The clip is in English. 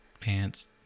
Pants